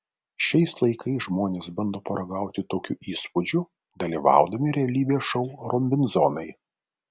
šiais laikais žmonės bando paragauti tokių įspūdžių dalyvaudami realybės šou robinzonai